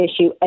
issue